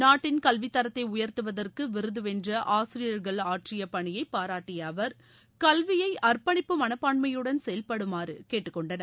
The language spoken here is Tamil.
நாட்டின் கல்விதரத்தை உயர்த்துவதற்கு விருது வென்ற ஆசிரியர்கள் ஆற்றிய பங்கு பணியை பாராட்டிய அவர் கல்வியை அற்பணிப்பு மனப்பான்மையுடன் செயல்படுமாறு கேட்டுக்கொண்டனர்